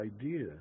idea